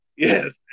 Yes